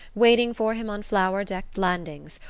waiting for him on flower-decked landings,